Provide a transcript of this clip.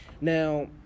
Now